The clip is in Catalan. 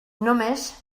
només